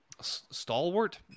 stalwart